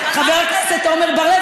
חבר הכנסת עמר בר-לב,